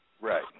Right